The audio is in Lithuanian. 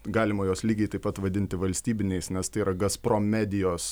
galima juos lygiai taip pat vadinti valstybiniais nes tai yra gazprom medijos